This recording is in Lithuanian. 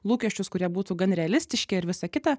lūkesčius kurie būtų gan realistiški ir visa kita